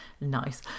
nice